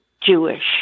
Jewish